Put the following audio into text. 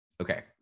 Okay